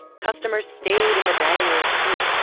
customers stayed in the dining room to eat,